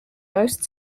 most